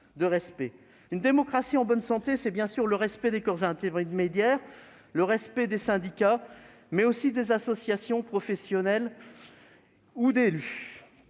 de respect. Une démocratie en bonne santé, c'est également le respect des corps intermédiaires, des syndicats, mais aussi des associations professionnelles ou d'élus.